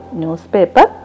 newspaper